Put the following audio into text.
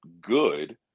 good